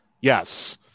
Yes